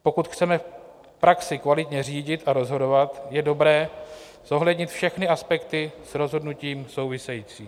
Pokud chceme v praxi kvalitně řídit a rozhodovat, je dobré zohlednit všechny aspekty s rozhodnutím související.